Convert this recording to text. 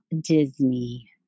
Disney